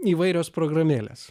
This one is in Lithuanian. įvairios programėlės